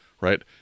right